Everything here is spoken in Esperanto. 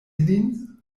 ilin